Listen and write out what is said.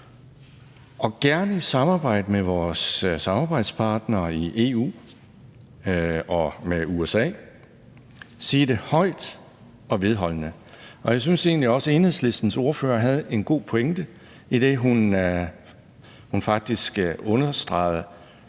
må gerne ske i samarbejde med vores samarbejdspartnere i EU og med USA, og det må siges højt og vedholdende. Jeg synes egentlig også, at Enhedslistens ordfører havde en god pointe, idet hun faktisk understregede,